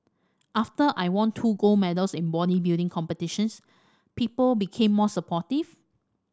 after I won two gold medals in bodybuilding competitions people became more supportive